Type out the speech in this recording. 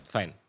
Fine